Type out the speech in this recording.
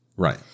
Right